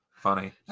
Funny